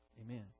Amen